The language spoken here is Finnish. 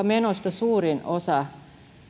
menoista suurin osa